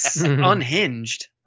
unhinged